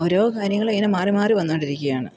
ഓരോ കാര്യങ്ങളിങ്ങനെ മാറി മാറി വന്നുകൊണ്ടിരിക്കുകയാണ്